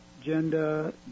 agenda